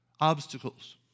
obstacles